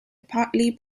partly